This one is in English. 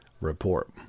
Report